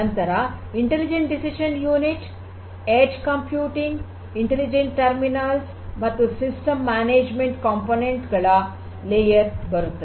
ನಂತರ intelligent decision unit edge computing intelligent terminals ಮತ್ತು system management component ಗಳ layer ಬರುತ್ತವೆ